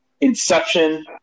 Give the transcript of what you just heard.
Inception